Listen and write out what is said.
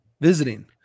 visiting